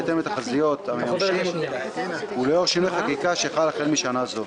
בהתאם לתחזיות המממשים ולאור שינוי חקיקה שחל החל משנה זו.